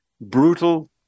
brutal